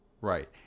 Right